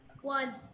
One